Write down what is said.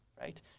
right